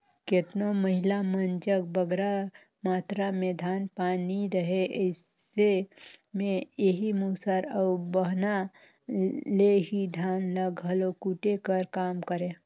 केतनो महिला मन जग बगरा मातरा में धान पान नी रहें अइसे में एही मूसर अउ बहना ले ही धान ल घलो कूटे कर काम करें